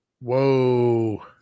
Whoa